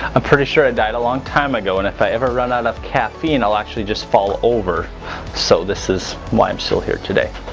pretty sure i died a long time ago and if i ever run out of caffeine and i'll actually just fall over so this is why i'm still here today